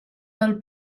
del